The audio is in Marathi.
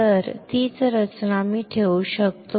तर तीच रचना मी ठेवू शकतो